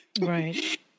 Right